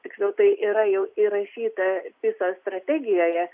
tiksliau tai yra jau įrašyta pisos strategijoje